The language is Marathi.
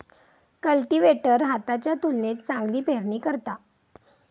कल्टीवेटर हाताच्या तुलनेत चांगली पेरणी करता